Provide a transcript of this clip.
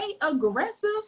Aggressive